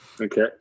Okay